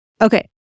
Okay